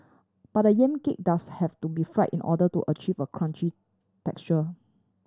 but the yam cake does have to be fried in order to achieve a crunchy texture